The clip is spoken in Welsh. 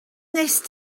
wnest